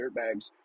Dirtbags